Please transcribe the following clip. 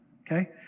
Okay